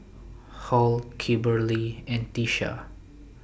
Hall Kimberley and Tisha